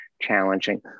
challenging